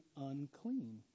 unclean